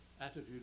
attitude